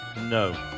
No